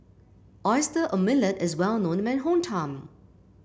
Oyster Omelette is well known in my hometown